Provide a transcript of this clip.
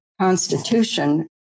constitution